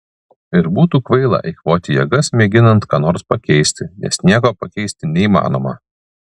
ir būtų kvaila eikvoti jėgas mėginant ką nors pakeisti nes nieko pakeisti neįmanoma